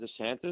DeSantis –